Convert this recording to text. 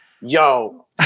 yo